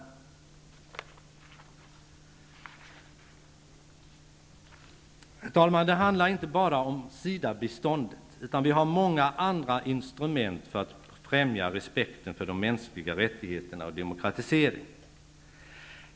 Herr talman! Det handlar inte bara om SIDA biståndet, utan vi har även många andra instrument för att främja respekten för de mänskliga rättigheterna och demokratisering.